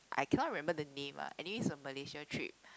I cannot remember the name ah anyway is a Malaysia trip